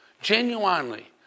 genuinely